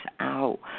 out